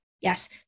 Yes